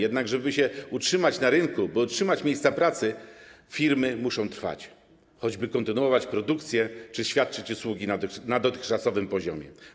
Jednak żeby się utrzymać na rynku, by utrzymać miejsca pracy, firmy muszą trwać, choćby kontynuować produkcję czy świadczyć usługi na dotychczasowym poziomie.